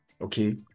okay